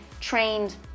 trained